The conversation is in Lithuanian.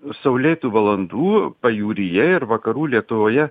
saulėtų valandų pajūryje ir vakarų lietuvoje